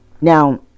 Now